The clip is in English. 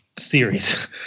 series